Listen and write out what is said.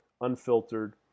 unfiltered